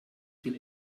will